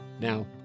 Now